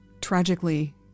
Tragically